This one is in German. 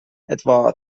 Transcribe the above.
etwa